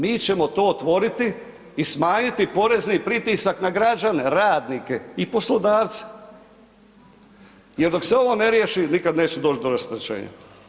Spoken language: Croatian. Mi ćemo to otvoriti i smanjiti porezni pritisak na građane, radnike i poslodavce jer dok se ovo ne riješi nikada neće doći do rasterećenja.